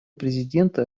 президента